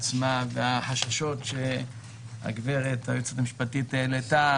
עצמה ושמעתי את החששות שהיועצת המשפטית העלתה,